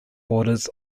borders